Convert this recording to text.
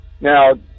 Now